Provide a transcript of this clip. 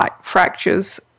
fractures